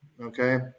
okay